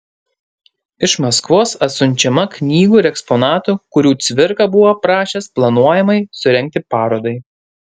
iš maskvos atsiunčiama knygų ir eksponatų kurių cvirka buvo prašęs planuojamai surengti parodai